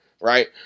right